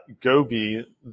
Gobi